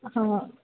हां